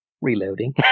Reloading